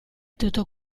tutto